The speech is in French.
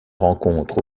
rencontre